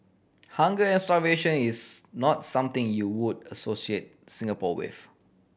hunger and starvation is not something you would associate Singapore with